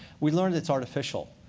we learn that it's artificial.